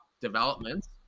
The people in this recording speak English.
developments